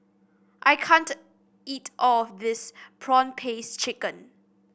I can't eat all of this prawn paste chicken